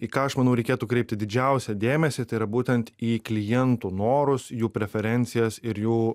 į ką aš manau reikėtų kreipti didžiausią dėmesį tai yra būtent į klientų norus jų preferencijas ir jų